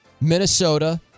Minnesota